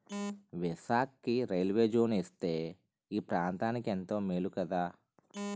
విశాఖకి railway zone ఇస్తే ఈ ప్రాంతనికెంతో మేలు కదా